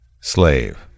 Slave